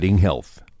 health